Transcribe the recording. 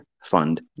fund